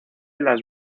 las